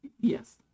Yes